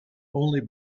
only